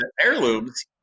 heirlooms